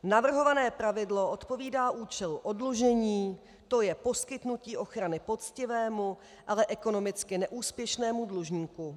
Navrhované pravidlo odpovídá účelu oddlužení, to je poskytnutí ochrany poctivému, ale ekonomicky neúspěšnému dlužníku.